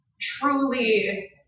truly